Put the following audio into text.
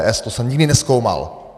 To jsem nikdy nezkoumal.